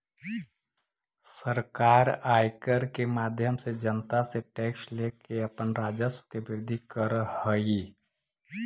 सरकार आयकर के माध्यम से जनता से टैक्स लेके अपन राजस्व के वृद्धि करऽ हई